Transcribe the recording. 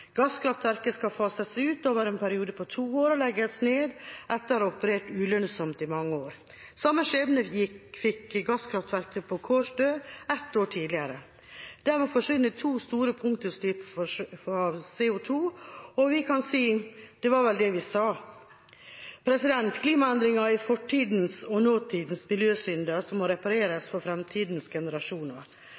gasskraftverket skulle fases ut over en periode på to år og legges ned etter å ha operert ulønnsomt i mange år. Samme skjebne fikk gasskraftverket på Kårstø ett år tidligere. Dermed forsvinner to store punktutslipp av CO 2 , og vi kan si: Det var vel det vi sa! Klimaendringer er fortidas og nåtidas miljøsynder som må repareres for framtidas generasjoner.